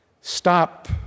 Stop